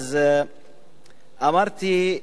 אמרתי,